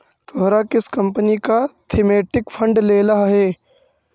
तोहरा किस कंपनी का थीमेटिक फंड लेलह हे